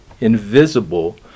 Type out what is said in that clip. invisible